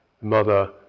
mother